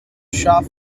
shop